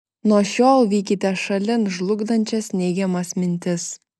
nuo šiol vykite šalin žlugdančias neigiamas mintis